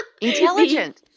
intelligent